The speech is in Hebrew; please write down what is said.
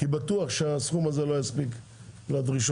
כי בטוח שהסכום הזה לא יספיק לדרישות,